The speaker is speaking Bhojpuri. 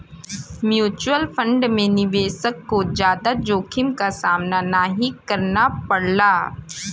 म्यूच्यूअल फण्ड में निवेशक को जादा जोखिम क सामना नाहीं करना पड़ला